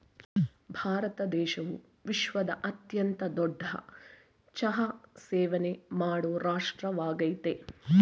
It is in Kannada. ಭಾರತ ದೇಶವು ವಿಶ್ವದ ಅತ್ಯಂತ ದೊಡ್ಡ ಚಹಾ ಸೇವನೆ ಮಾಡೋ ರಾಷ್ಟ್ರವಾಗಯ್ತೆ